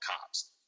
cops